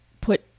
put